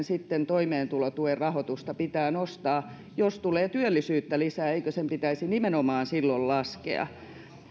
sitten toimeentulotuen rahoitusta pitää nostaa jos tulee työllisyyttä lisää eikö sen pitäisi nimenomaan silloin laskea ja